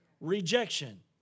rejection